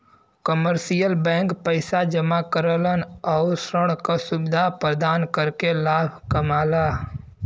commercial bank पैसा जमा करल आउर ऋण क सुविधा प्रदान करके लाभ कमाला